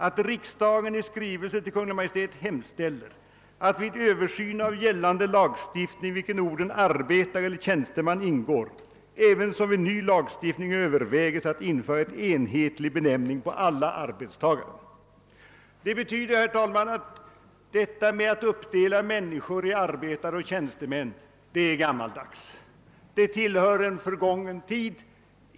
Jag skall be att få läsa upp motionen in extenso: Detta att uppdela människor i arbetare och tjänstemän är gammaldags och tillhör en förgången tid.